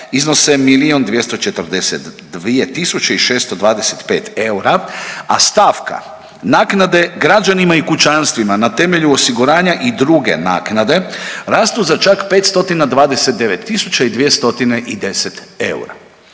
tisuće i 625 eura, a stavka naknada građanima i kućanstvima na temelju osiguranja i druge naknade rastu za čak 529 tisuća